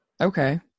Okay